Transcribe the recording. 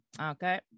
Okay